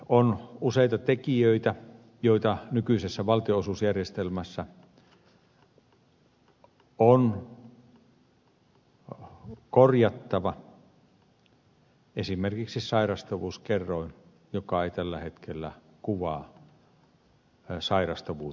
on useita tekijöitä joita nykyisessä valtionosuusjärjestelmässä on korjattava esimerkiksi sairastavuuskerroin joka ei tällä hetkellä kuvaa sairastavuutta